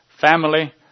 family